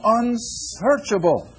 unsearchable